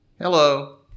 Hello